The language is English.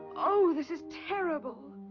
oh, this is terrible!